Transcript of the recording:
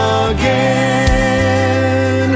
again